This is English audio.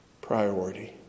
priority